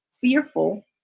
fearful